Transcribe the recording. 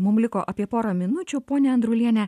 mum liko apie porą minučių ponia andruliene